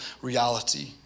reality